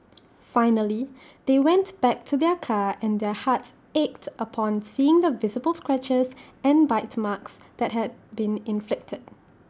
finally they went back to their car and their hearts ached upon seeing the visible scratches and bite marks that had been inflicted